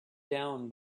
down